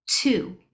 Two